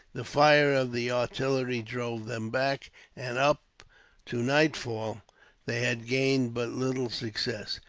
the fire of the artillery drove them back and up to nightfall they had gained but little success.